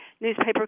newspaper